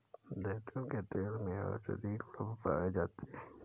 जैतून के तेल में औषधीय गुण पाए जाते हैं